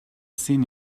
seen